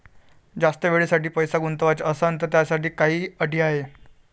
जास्त वेळेसाठी पैसा गुंतवाचा असनं त त्याच्यासाठी काही अटी हाय?